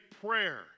prayer